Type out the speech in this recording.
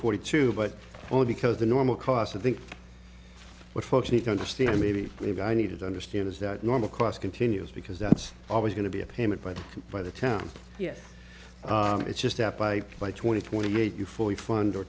forty two but only because the normal cost of the what folks need to understand maybe maybe i needed to understand is that normal class continues because that's always going to be a payment but by the time yes it's just up by like twenty twenty eight you fully fund or